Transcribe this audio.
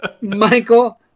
Michael